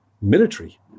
military